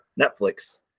Netflix